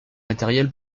matériel